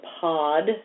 pod